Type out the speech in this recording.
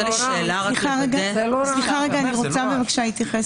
אני רוצה להתייחס.